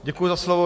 Děkuji za slovo.